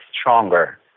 stronger